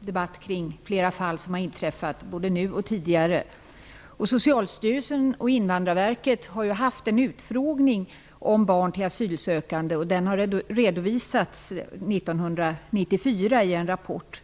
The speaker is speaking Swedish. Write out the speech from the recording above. debatt om flera fall som har inträffat, både nu och tidigare. Socialstyrelsen och Invandrarverket hade en utfrågning om barn till asylsökande, och den redovisades 1994 i en rapport.